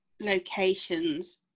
locations